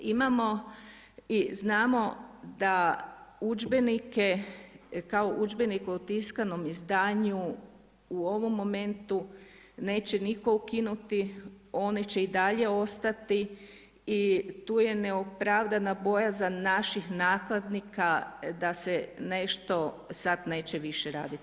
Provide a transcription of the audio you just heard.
Imamo i znamo da udžbenike kao udžbenik u tiskanom izdanju u ovom momentu neće nitko ukinuti, one će i dalje ostati i tu je neopravdana bojazan naših nakladnika da se nešto sad neće više raditi.